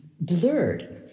blurred